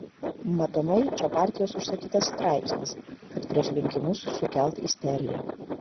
matomai čia partijos užsakytas straipsnis kad prieš rinkimus sukelt isteriją